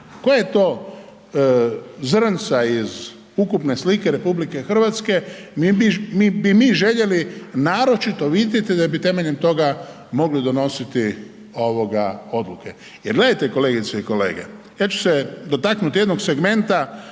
Koje to zrnca iz ukupne slike RH bi mi željeli naročito vidjet da bi temeljem toga mogli donositi odluke? Jel gledajte kolegice i kolege, ja ću se dotaknuti jednog segmenta